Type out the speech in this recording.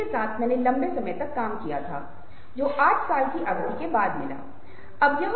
तो वे हैं कि वे इतने कम हैं कि उन्हें पहचानना बहुत मुश्किल है